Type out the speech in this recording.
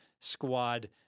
squad